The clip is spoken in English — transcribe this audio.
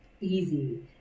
Easy